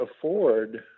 afford